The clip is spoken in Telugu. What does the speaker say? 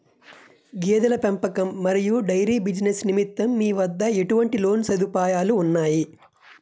గేదెల పెంపకం మరియు డైరీ బిజినెస్ నిమిత్తం మీ వద్ద ఎటువంటి లోన్ సదుపాయాలు ఉన్నాయి?